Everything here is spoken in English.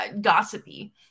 gossipy